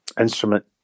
instrument